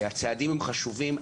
הצעדים הם חשובים.